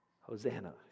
Hosanna